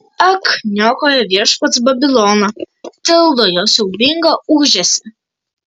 ak niokoja viešpats babiloną tildo jo siaubingą ūžesį